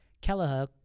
kelleher